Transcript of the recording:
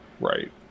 Right